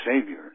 Savior